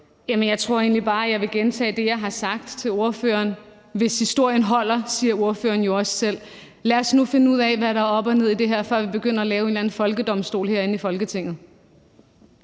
Jeg tror egentlig bare, jeg vil gentage det, jeg har sagt til ordføreren. »Hvis historien holder«, siger ordføreren jo også selv. Lad os nu finde ud af, hvad der er op og ned i det her, før vi begynder at lave en eller anden folkedomstol herinde i Folketinget.